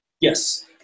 Yes